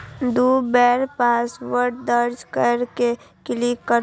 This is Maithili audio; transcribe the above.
दू बेर पासवर्ड दर्ज कैर के क्लिक करू